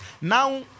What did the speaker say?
Now